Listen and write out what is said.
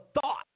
thought